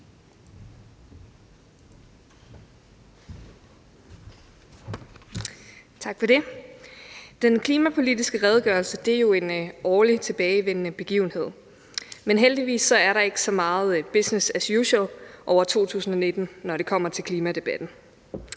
Tak for det. Den klimapolitiske redegørelse er en årligt tilbagevendende begivenhed, men heldigvis er der ikke så meget business as usual over 2019, når det kommer til klimadebatten.